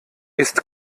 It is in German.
ist